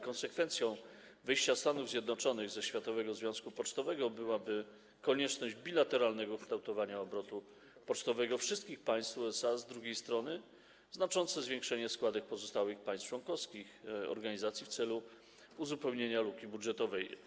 Konsekwencją wyjścia Stanów Zjednoczonych ze Światowego Związku Pocztowego byłaby konieczność bilateralnego kształtowania obrotu pocztowego wszystkich państw z USA, a z drugiej strony znaczące zwiększenie składek pozostałych państw członkowskich organizacji w celu uzupełnienia luki budżetowej.